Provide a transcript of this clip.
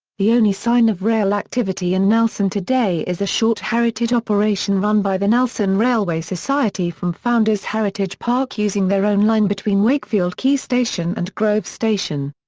the only sign of rail activity in nelson today is a short heritage operation run by the nelson railway society from founders heritage park using their own line between wakefield quay station and grove station.